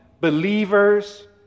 believers